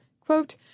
quote